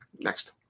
Next